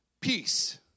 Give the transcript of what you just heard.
peace